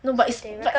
no but it's in math